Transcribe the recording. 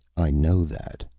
i know that.